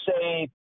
say